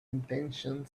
intention